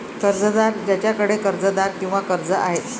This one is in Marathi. कर्जदार ज्याच्याकडे कर्जदार किंवा कर्ज आहे